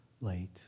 Late